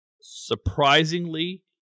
surprisingly